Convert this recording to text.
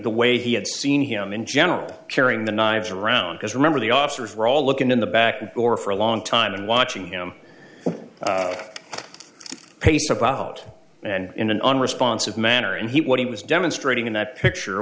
the way he had seen him in general carrying the knives around because remember the officers were all looking in the back door for a long time and watching him pace about and in an unresponsive manner and he what he was demonstrating in that picture